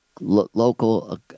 local